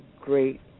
great